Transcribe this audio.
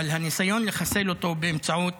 אבל הניסיון לחסל אותו באמצעות